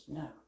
no